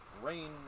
Rain